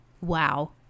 wow